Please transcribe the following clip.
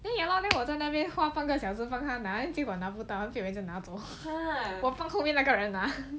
then ya lor then 我在就那边花半个小时候帮他拿 then 结果拿不到给人家拿走我放错边那个人拿